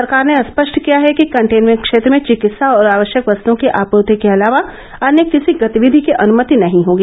सरकार ने स्पष्ट किया है कि कंटेन्मेंट क्षेत्र में चिकित्सा और आवश्यक वस्तुओं की आपूर्ति के अलावा अन्य किसी गतिविधि की अनुमति नहीं होगी